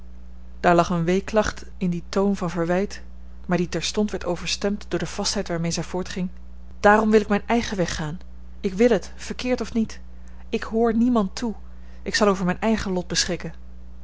daar lag een weeklacht in dien toon van verwijt maar die terstond werd overstemd door de vastheid waarmee zij voortging daarom wil ik mijn eigen weg gaan ik wil het verkeerd of niet ik hoor niemand toe ik zal over mijn eigen lot beschikken